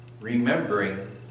remembering